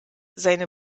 seine